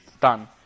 done